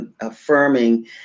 affirming